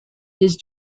his